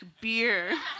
beer